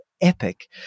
epic